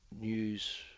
news